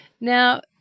Now